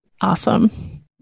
awesome